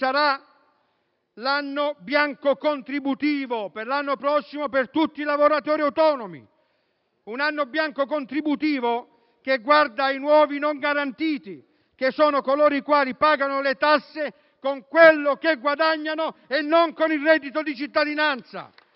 l'anno bianco contributivo per tutti i lavoratori autonomi. Un anno bianco contributivo che guarda ai nuovi non garantiti, che sono coloro i quali pagano le tasse con quello che guadagnano e non con il reddito di cittadinanza.